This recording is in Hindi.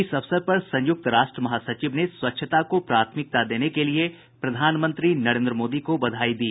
इस अवसर पर संयुक्त राष्ट्र महासचिव ने स्वच्छता को प्राथमिकता देने के लिए प्रधानमंत्री नरेन्द्र मोदी को बधाई दी